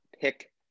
pick